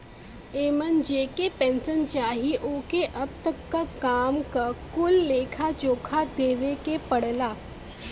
एमन जेके पेन्सन चाही ओके अब तक क काम क कुल लेखा जोखा देवे के पड़ला